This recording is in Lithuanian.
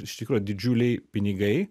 iš tikro didžiuliai pinigai